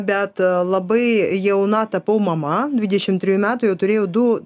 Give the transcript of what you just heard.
bet labai jauna tapau mama dvidešim trejų metų jau turėjau du